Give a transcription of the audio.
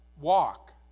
walk